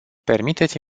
permiteți